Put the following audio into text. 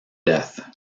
death